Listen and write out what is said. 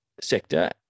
sector